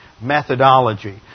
methodology